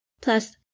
plus